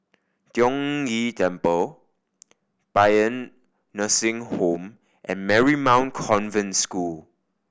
Tiong Ghee Temple Paean Nursing Home and Marymount Convent School